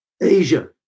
Asia